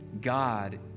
God